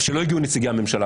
הם נבחרו על ידי נציגי ציבור,